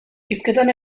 hizketan